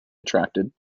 attracted